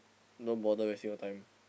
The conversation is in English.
don't bother wasting your time